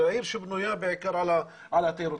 זו עיר שבנויה בעיקר על התיירות.